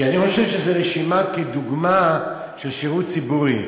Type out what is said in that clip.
כי אני חושב שזאת רשימה כדוגמה של שירות ציבורי,